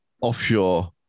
offshore